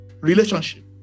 Relationship